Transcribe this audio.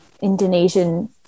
Indonesian